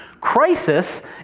crisis